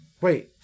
wait